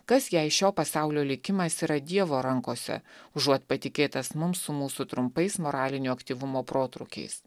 kas jei šio pasaulio likimas yra dievo rankose užuot patikėtas mums su mūsų trumpais moralinio aktyvumo protrūkiais